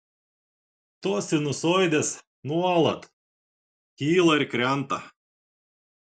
tos sinusoidės nuolat kyla ir krenta